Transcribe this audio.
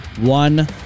one